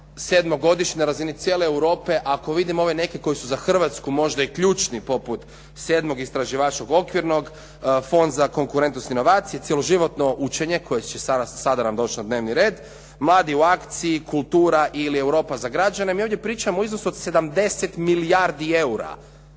sedmogodišnje na razini cijele Europe ako vidimo ove neke koji su za Hrvatsku možda ključni poput sedmog istraživačkog okvirnog, Fond za konkurentnost i inovacije, cijeloživotno učenje koje će sada nam doći na dnevni red, mladi u akciji ili kultura ili Europa za građenje. Mi ovdje pričamo o iznosu od 70 milijardi eura,